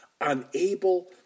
unable